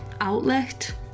outlet